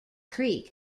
creek